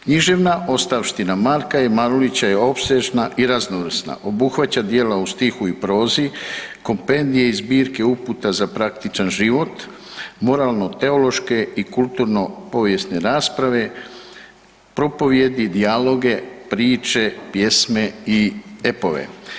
Književna ostavština Marka Marulića je opsežna i raznovrsna, obuhvaća djela u stihu i prozi, kompent je i zbirke uputa za praktičan život, moralno teološke i kulturno povijesne rasprave, propovijedi, dijaloge, priče, pjesme i epove.